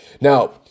now